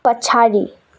पछाडि